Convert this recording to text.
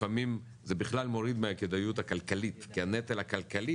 לפעמים זה בכלל מוריד מהכדאיות הכלכלית כי הנטל הכלכלי